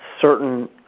Certain